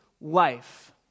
life